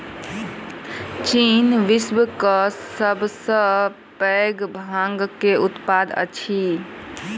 चीन विश्व के सब सॅ पैघ भांग के उत्पादक अछि